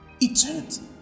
eternity